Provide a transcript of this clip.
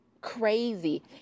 crazy